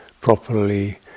properly